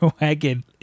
wagon